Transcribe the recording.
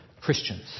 Christians